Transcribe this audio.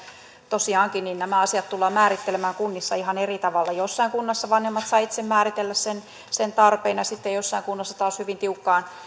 tosiaankin nämä asiat tullaan määrittelemään kunnissa ihan eri tavalla jossain kunnassa vanhemmat saavat itse määritellä sen sen tarpeen ja sitten jossain kunnassa taas hyvin tiukkaan